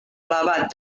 elevat